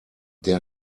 der